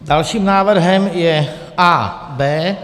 Dalším návrhem je A.B.